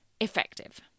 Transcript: effective